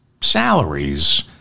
salaries